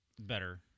better